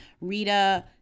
Rita